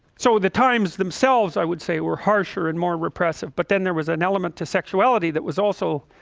so the times themselves i would say were harsher and more repressive but then there was an element to sexuality that was also